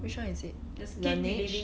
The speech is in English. which one is it Laneige